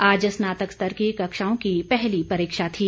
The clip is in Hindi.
आज स्नातक स्तर की कक्षाओं की पहली परीक्षा थी